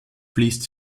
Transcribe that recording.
fließt